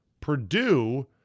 Purdue